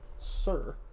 sir